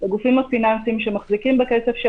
לגופים הפיננסיים שמחזיקים בכסף של